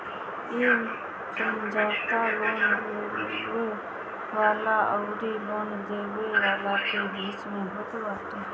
इ समझौता लोन लेवे वाला अउरी लोन देवे वाला के बीच में होत बाटे